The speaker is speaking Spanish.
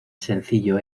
sencillo